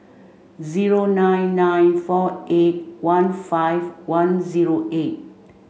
zero nine nine four eight one five one zero eight